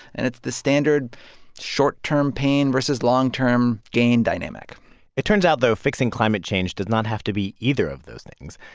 and it's the standard short-term pain versus long-term gain dynamic it turns out, though, fixing climate change does not have to be either of those things.